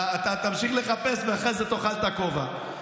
אתה תמשיך לחפש, ואחרי זה תאכל את הכובע.